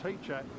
teacher